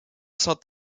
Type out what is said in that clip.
saint